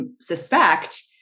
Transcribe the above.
suspect